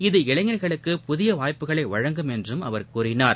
இது இளைஞர்களுக்கு புதிய வாய்ப்புகளை வழங்கும் என்றும் அவர் கூறினார்